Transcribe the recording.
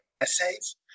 essays